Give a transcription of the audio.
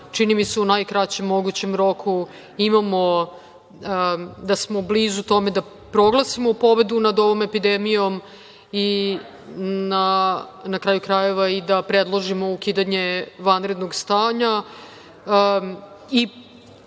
čini mi se, u najkraćem mogućem roku blizu toga da proglasimo pobedu nad ovom epidemijom i, na kraju krajeva, da predložimo ukidanje vanrednog stanja